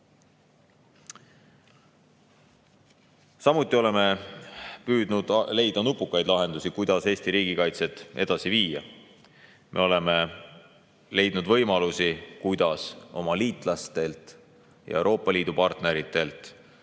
Samuti oleme püüdnud leida nupukaid lahendusi, kuidas Eesti riigikaitset edasi viia. Me oleme leidnud võimalusi, kuidas oma liitlastelt ja partneritelt Euroopa